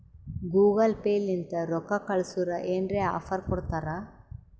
Google Pay ಲಿಂತ ರೊಕ್ಕಾ ಕಳ್ಸುರ್ ಏನ್ರೆ ಆಫರ್ ಕೊಡ್ತಾರ್